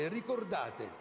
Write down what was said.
ricordate